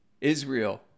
israel